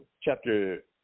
chapter